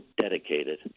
dedicated